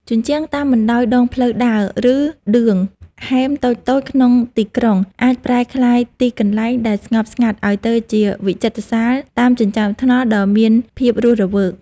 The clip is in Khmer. ជញ្ជាំងតាមបណ្ដោយដងផ្លូវដើរ ឬឌឿងហែមតូចៗក្នុងទីក្រុង អាចប្រែក្លាយពីកន្លែងដែលស្ងប់ស្ងាត់ឱ្យទៅជាវិចិត្រសាលតាមចិញ្ចើមថ្នល់ដ៏មានភាពរស់រវើក។